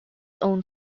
own